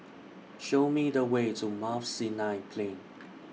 Show Me The Way to Mount Sinai Plain